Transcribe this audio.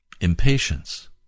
impatience